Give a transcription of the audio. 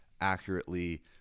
accurately